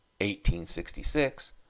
1866